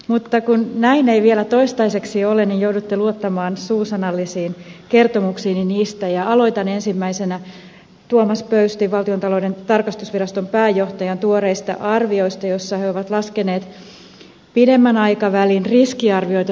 mutta kun näin ei vielä toistaiseksi ole niin joudutte luottamaan suu sanallisiin kertomuksiini niistä ja aloitan ensimmäisenä tuomas pöystin valtiontalouden tarkastusviraston pääjohtajan tuoreista arvioista joissa on laskettu pidemmän aikavälin riskiarvioita suomen kestävyysvajeelle